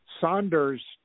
Saunders